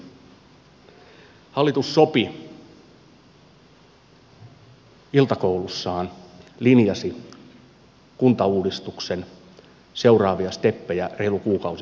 hallitus linjasi kuntauudistuksen seuraavia steppejä iltakoulussaan reilu kuukausi sitten